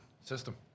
System